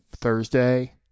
Thursday